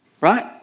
Right